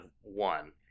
one